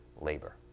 labor